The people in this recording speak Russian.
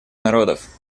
народов